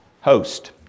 host